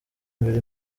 imbere